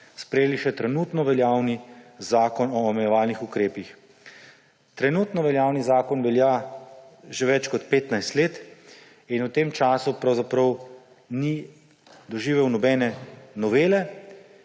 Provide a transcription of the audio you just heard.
sprejeli še trenutno veljavni Zakon o omejevalnih ukrepih. Trenutno veljavni zakon velja že več kot petnajst let in v tem času pravzaprav ni doživel nobene novele,